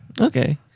Okay